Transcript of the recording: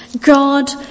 God